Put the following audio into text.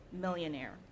millionaire